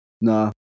Nah